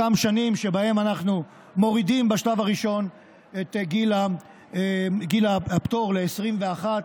אותן שנים שבהן אנחנו מורידים בשלב הראשון את גיל הפטור ל-21,